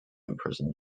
imprisoned